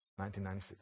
1996